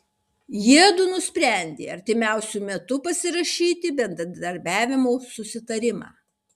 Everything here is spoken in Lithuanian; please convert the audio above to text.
jiedu nusprendė artimiausiu metu pasirašyti bendradarbiavimo susitarimą